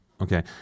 okay